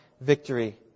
victory